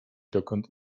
dokąd